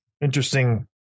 interesting